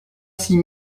six